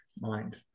mind